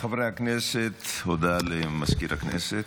חברי הכנסת, הודעה למזכיר הכנסת.